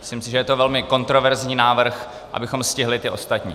Myslím si, že je to velmi kontroverzní návrh, abychom stihli ty ostatní.